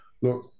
look